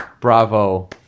Bravo